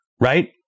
Right